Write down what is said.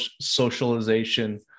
socialization